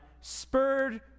spurred